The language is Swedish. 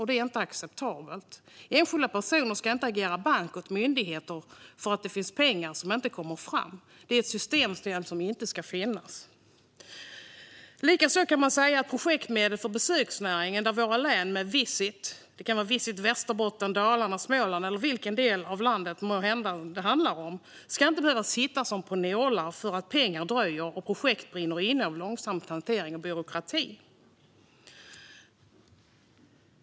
Det är inte acceptabelt. Enskilda personer ska inte agera bank åt myndigheter därför att pengar inte kommer fram. Det är ett systemfel som inte ska finnas. Likaså kan man säga att detta gäller projektmedel för besöksnäringen. Visit Västerbotten, Visit Dalarna, Visit Småland, eller vilken annan del av landet det än kan handla om, ska inte behöva sitta som på nålar för att pengar dröjer och projekt brinner inne på grund av långsam hantering eller byråkrati.